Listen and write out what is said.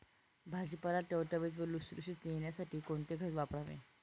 भाजीपाला टवटवीत व लुसलुशीत येण्यासाठी कोणते खत वापरावे?